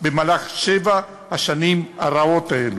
במהלך שבע השנים הרעות האלו,